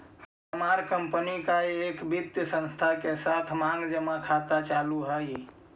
हमार कंपनी का एक वित्तीय संस्थान के साथ मांग जमा खाता चालू हई